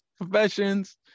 professions